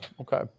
okay